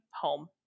home